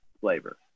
flavor